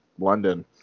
London